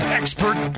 expert